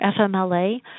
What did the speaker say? FMLA